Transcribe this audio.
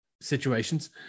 situations